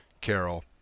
Carol